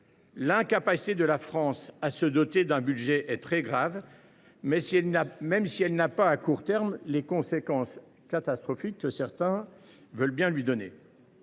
l’incapacité de la France à se doter d’un budget est très grave, même si elle n’a pas à court terme les conséquences catastrophiques que certains veulent lui donner.